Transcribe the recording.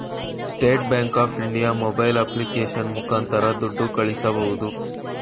state Bank of India mobile application ಮುಖಾಂತರ ದುಡ್ಡು ಕಳಿಸಬೋದು